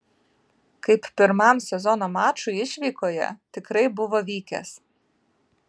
kaip pirmam sezono mačui išvykoje tikrai buvo vykęs